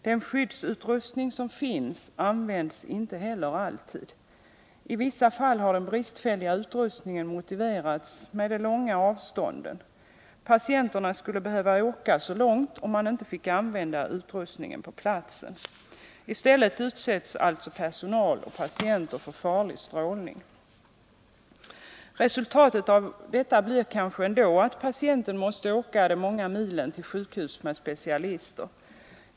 Den skyddsutrustning som finns används inte heller alltid. I vissa fall har den bristfälliga utrustningen motiverats med de långa avstånden. Patienterna skulle behöva åka långt om man inte fick använda utrustningen på platsen. I stället utsätts alltså personal och patienter för farlig strålning. Resultatet av detta blir kanske ändå att patienterna måste åka de många milen till ett sjukhus med specialister.